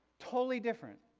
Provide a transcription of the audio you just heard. totally different.